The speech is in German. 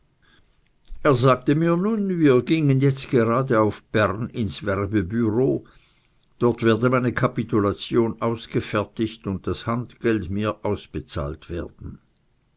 er sagte mir nun wir gingen jetzt gerade auf bern ins werbbureau dort werde meine kapitulation ausgefertigt und das handgeld mir ausbezahlt werden